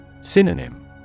Synonym